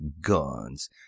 guns